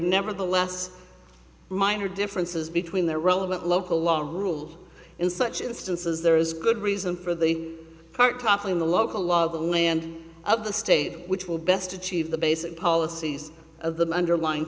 nevertheless minor differences between the relevant local long rule in such instances there is good reason for the part toppling the local law of the land of the state which will best achieve the basic policies of the underlying